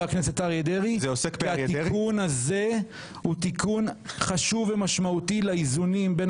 הכנסת אריה דרעי והתיקון הזה הוא תיקון חשוב ומשמעותי לאיזונים בין